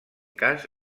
cas